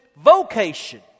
vocation